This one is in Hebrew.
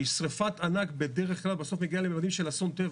כי שריפת ענק בדרך כלל בסוף מגיעה לממדים של אסון טבע.